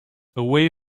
away